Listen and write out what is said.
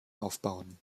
aufbauen